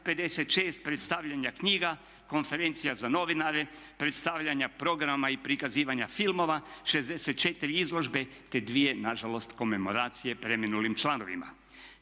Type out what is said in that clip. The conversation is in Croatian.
56 predstavljanja knjiga, konferencija za novinare, predstavljanja programa i prikazivanja filmova, 64 izložbe, te dvije na žalost komemoracije preminulim članovima.